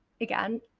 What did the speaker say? again